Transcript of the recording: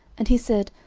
and he said,